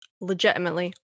legitimately